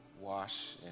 wash